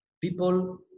People